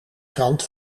krant